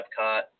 Epcot